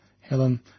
Helen